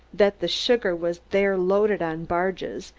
that the sugar was there loaded on barges,